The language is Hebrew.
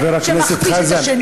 חבר הכנסת חזן,